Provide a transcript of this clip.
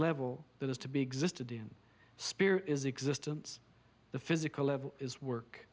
level that is to be existed in spear is existence the physical level is work